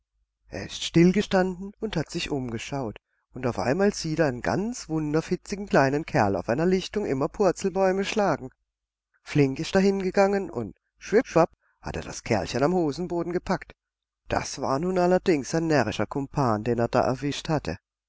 er ist stillgestanden und hat sich umgeschaut und auf einmal sieht er einen ganz wunderfitzigen kleinen kerl auf einer lichtung immer purzelbäume schlagen flink ist er hingegangen und schwipp schwapp hat er das kerlchen am hosenboden gepackt das war nun allerdings ein närrischer kumpan den er da erwischt hatte